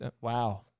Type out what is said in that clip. Wow